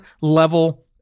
level